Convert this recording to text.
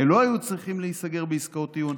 לא היו צריכים להיסגר בעסקאות טיעון.